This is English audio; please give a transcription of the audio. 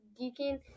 geeking